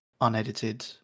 unedited